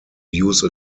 use